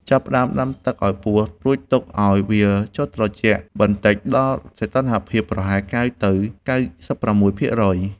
ចាប់ផ្ដើមដាំទឹកឱ្យពុះ រួចទុកឱ្យវាចុះត្រជាក់បន្តិចដល់សីតុណ្ហភាពប្រហែល ៩០ ទៅ ៩៦ អង្សាសេ។